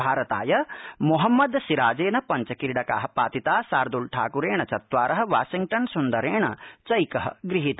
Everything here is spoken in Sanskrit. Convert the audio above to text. भारताय मोहम्मद सिराजेन पंचक्रीडकाः पातिताः शार्दूल ठाक्रेण चत्वारः वाशिंगटन सुन्दरेण चैकः गृहीतः